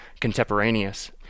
contemporaneous